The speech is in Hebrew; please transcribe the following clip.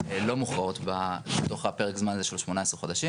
לא מוכרעות בתוך פרק הזמן הזה של ה-18 חודשים.